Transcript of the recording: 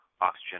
oxygen